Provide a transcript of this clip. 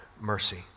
mercy